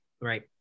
right